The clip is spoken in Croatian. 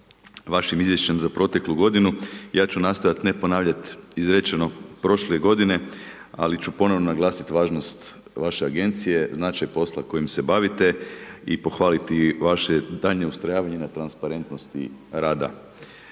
vašim izvješćem za proteklu g. ja ću nastojati ne ponavljati izrečeno prošle g. ali ću ponovno naglasiti važnost vaše agencije, značaj i posla kojim se bavite i pohvaliti vaše daljnje ustrojavanja na transparentnosti rada